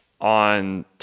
on